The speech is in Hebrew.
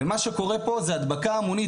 ומה שקורה פה זה הדבקה המונית,